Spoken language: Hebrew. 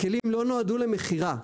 הכלים לא מיועדים למכירה,